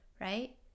right